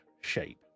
shape